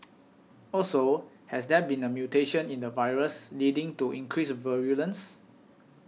also has there been a mutation in the virus leading to increased virulence